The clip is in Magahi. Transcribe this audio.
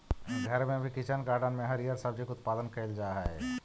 घर में भी किचन गार्डन में हरिअर सब्जी के उत्पादन कैइल जा हई